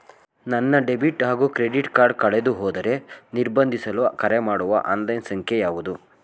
ನನ್ನ ಡೆಬಿಟ್ ಹಾಗೂ credit card ಕಳೆದುಹೋದರೆ ನಿರ್ಬಂಧಿಸಲು ಕರೆಮಾಡುವ ಆನ್ಲೈನ್ ಸಂಖ್ಯೆಯಾವುದು?